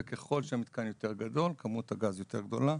וככל שהמתקן יותר גדול, כמות הגז יותר גדולה.